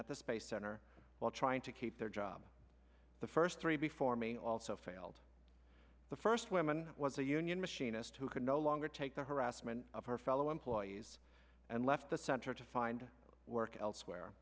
at the space center while trying to keep their job the first three before me also failed the first women was a union machinist who could no longer take the harassment of her fellow employees and left the center to find work elsewhere